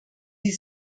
die